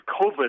COVID